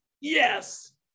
yes